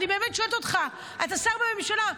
אני באמת שואלת אותך, אתה שר בממשלה.